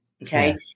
Okay